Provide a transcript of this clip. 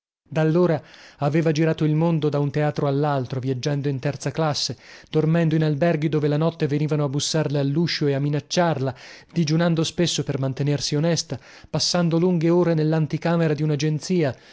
dallora aveva girato il mondo da un teatro allaltro viaggiando in terza classe dormendo in alberghi dove la notte venivano a bussarle alluscio e a minacciarla digiunando spesso per mantenersi onesta passando lunghe ore nellanticamera di unagenzia